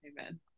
amen